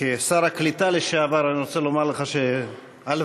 כשר הקליטה לשעבר אני רוצה לומר לך שהלוואי